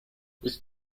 ist